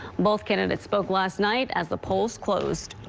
both candidates spoke last night as the polls closed.